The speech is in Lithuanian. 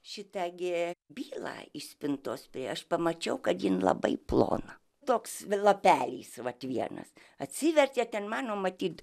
šitą gi bylą iš spintos tai aš pamačiau kad jin labai plona toks lapelis vat vienas atsivertė ten mano matyt